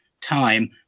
time